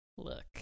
Look